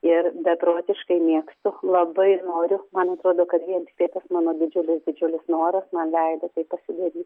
ir beprotiškai mėgstu labai noriu man atrodo kad vien tiktai tas mano didžiulis didžiulis noras man leido tai pasidaryt